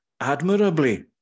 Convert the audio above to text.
admirably